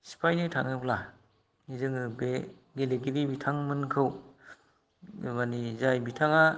सिफायनो थाङोब्ला जोङो बे गेलेगिरि बिथांमोनखौ माने जाय बिथाङा